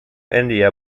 india